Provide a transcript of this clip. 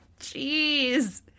jeez